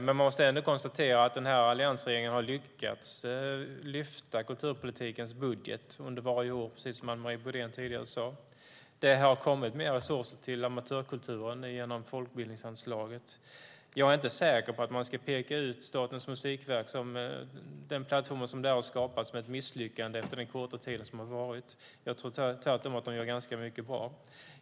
Men man måste ändå konstatera att alliansregeringen har lyckats lyfta kulturpolitikens budget under varje år, precis som Anne Marie Brodén tidigare sade. Det har kommit mer resurser till amatörkulturen genom folkbildningsanslaget. Jag är inte säker på att man ska peka ut Statens musikverk, som är den plattform som har skapats, som ett misslyckande efter den korta tid som har gått. Jag tror tvärtom att de gör ganska mycket som är bra.